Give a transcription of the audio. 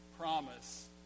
promise